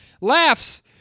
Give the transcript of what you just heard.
laughs